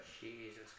Jesus